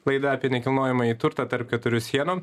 laida apie nekilnojamąjį turtą tarp keturių sienų